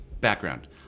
background